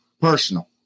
personal